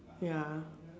ya